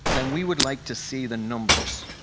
then we would like to see the numbers.